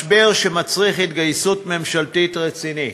משבר שמצריך התגייסות ממשלתית רצינית.